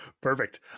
Perfect